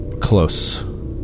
close